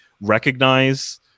recognize